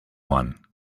one